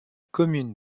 commune